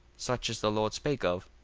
such as the lord spake of,